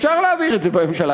אפשר להעביר את זה בממשלה,